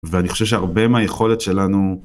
ואני חושב שהרבה מהיכולת שלנו.